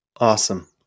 Awesome